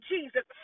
Jesus